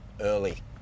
early